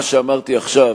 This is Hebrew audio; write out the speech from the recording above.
מה שאמרתי עכשיו